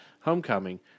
Homecoming